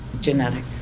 Genetic